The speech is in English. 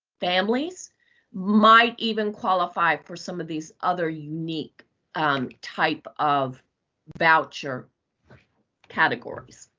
families might even qualify for some of these other unique um type of voucher categories.